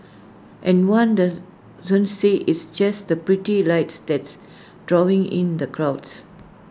and one docent says it's just the pretty lights that's drawing in the crowds